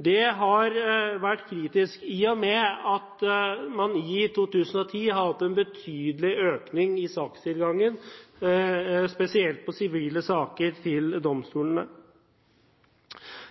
Det har vært kritisk, i og med at man i 2010 har hatt en betydelig økning i sakstilgangen – spesielt sivile saker – til domstolene.